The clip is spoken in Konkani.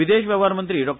विदेश वेव्हार मंत्री डा